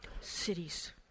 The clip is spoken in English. cities